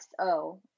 xo